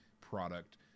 product